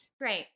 Great